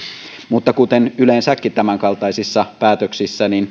mutta kuten yleensäkin tämänkaltaisissa päätöksissä